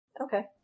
Okay